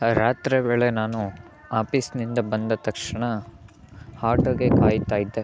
ರಾತ್ರಿ ವೇಳೆ ನಾನು ಆಪೀಸ್ನಿಂದ ಬಂದ ತಕ್ಷಣ ಹಾಟೋಗೆ ಕಾಯುತ್ತ ಇದ್ದೆ